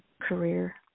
career